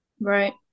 Right